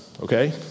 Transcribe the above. okay